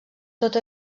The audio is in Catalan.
tot